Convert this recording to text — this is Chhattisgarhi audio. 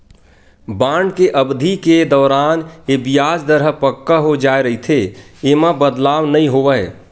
बांड के अबधि के दौरान ये बियाज दर ह पक्का हो जाय रहिथे, ऐमा बदलाव नइ होवय